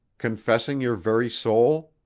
confessing your very soul?